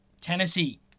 Tennessee